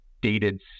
dated